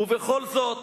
ובכל זאת